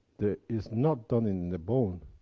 that is not done in the bone.